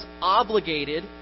obligated